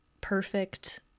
perfect